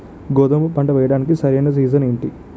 గోధుమపంట వేయడానికి సరైన సీజన్ ఏంటి?